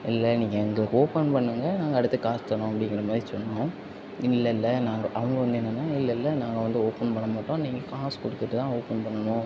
இல்லை நீங்கள் எங்களுக்கு ஓப்பன் பண்ணுங்கள் நாங்கள் அடுத்து காசு தரோம் அப்படிங்கிறமாரி சொன்னோம் இல்லை இல்லை நாங்கள் அவங்களும் வந்து என்னென்னா இல்லை இல்லை நாங்கள் வந்து ஓப்பன் பண்ண மாட்டோம் நீங்கள் காசு கொடுத்துட்டுதான் ஓப்பன் பண்ணணும்